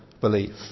belief